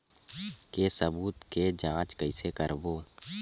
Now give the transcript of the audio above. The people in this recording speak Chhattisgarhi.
के सबूत के जांच कइसे करबो?